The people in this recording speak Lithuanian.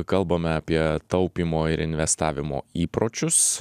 kalbame apie taupymo ir investavimo įpročius